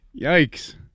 yikes